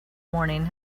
morning